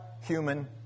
human